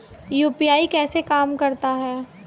UPI कैसे काम करता है?